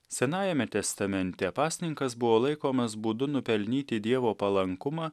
senajame testamente pasninkas buvo laikomas būdu nupelnyti dievo palankumą